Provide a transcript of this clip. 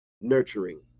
nurturing